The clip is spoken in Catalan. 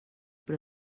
però